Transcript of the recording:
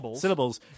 Syllables